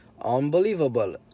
unbelievable